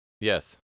Yes